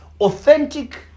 authentic